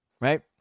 right